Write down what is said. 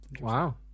wow